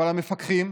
אבל המפקחים,